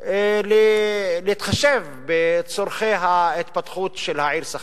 להתחשב בצורכי ההתפתחות של העיר סח'נין.